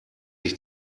ich